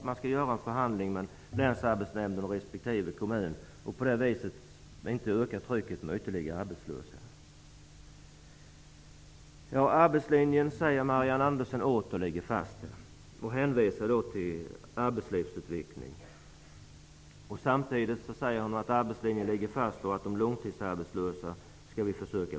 Man skall förhandla med länsarbetsnämnden och respektive kommun och på det viset undvika att öka trycket med ytterligare arbetslösa. Arbetslinjen ligger åter fast, säger Marianne Andersson, och hänvisar till arbetslivsutveckling. Samtidigt säger hon att man skall försöka minska antalet långtidsarbetslösa.